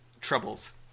troubles